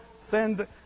send